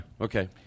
Okay